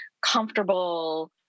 comfortable